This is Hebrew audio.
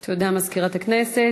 תודה, מזכירת הכנסת.